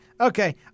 Okay